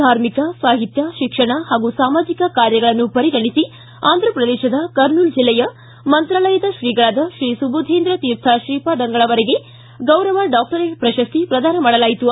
ಧಾರ್ಮಿಕ ಸಾಹಿತ್ಯ ಶಿಕ್ಷಣ ಹಾಗೂ ಸಾಮಾಜಿಕ ಕಾರ್ಯಗಳನ್ನು ಪರಿಗಣಿಸಿ ಅಂಧ್ರ ಪ್ರದೇಶದ ಕರ್ನೂಲ್ ಜಿಲ್ಲೆಯ ಮಂತ್ರಾಲಯದ ಶ್ರೀಗಳಾದ ಶ್ರೀ ಸುಬುಧೇಂದ್ರತೀರ್ಥ ಶ್ರೀಪಾದಂಗಳರವರಿಗೆ ಗೌರವ ಡಾಕ್ಟರೇಟ್ ಪ್ರಶಸ್ತಿ ಪ್ರದಾನ ಮಾಡಲಾಯಿತು